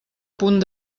punt